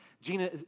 Gina